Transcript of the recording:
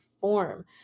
form